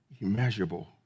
immeasurable